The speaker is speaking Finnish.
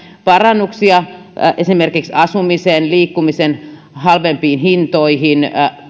parannuksia esimerkiksi asumiseen ja liikkumisen halvempiin hintoihin